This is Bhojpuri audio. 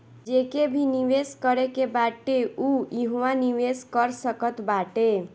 जेके भी निवेश करे के बाटे उ इहवा निवेश कर सकत बाटे